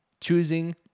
choosing